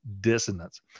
dissonance